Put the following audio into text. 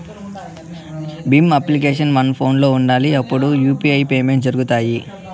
Bhim application మన ఫోనులో ఉండాలి అప్పుడే యూ.పీ.ఐ పేమెంట్స్ జరుగుతాయి